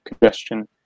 congestion